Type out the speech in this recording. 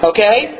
Okay